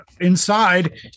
inside